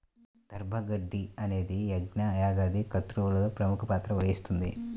దర్భ గడ్డి అనేది యజ్ఞ, యాగాది క్రతువులలో ప్రముఖ పాత్ర వహిస్తుంది